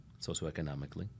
socioeconomically